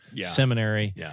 seminary